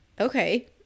okay